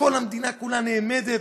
וכל המדינה כולה נעמדת,